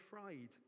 afraid